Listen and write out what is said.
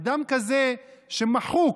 אדם כזה, שמחוק,